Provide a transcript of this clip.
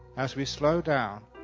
as we slow down,